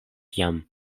jam